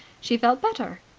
she felt better.